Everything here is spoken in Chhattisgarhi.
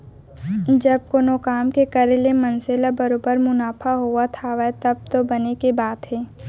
जब कोनो काम के करे ले मनसे ल बरोबर मुनाफा होवत हावय तब तो बने के बात हे